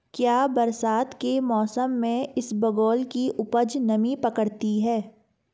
क्या बरसात के मौसम में इसबगोल की उपज नमी पकड़ती है?